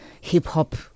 hip-hop